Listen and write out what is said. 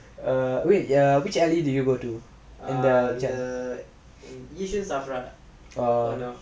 err wait which alley do you go to